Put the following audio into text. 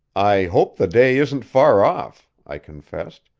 i hope the day isn't far off, i confessed,